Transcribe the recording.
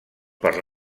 per